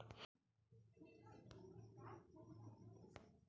Maturity के पहले पैसा निकालै से कोनो चार्ज भी देत परतै की?